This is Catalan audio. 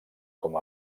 com